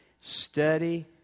study